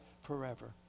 forever